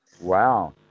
Wow